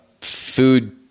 food